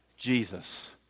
Jesus